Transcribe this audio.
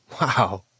Wow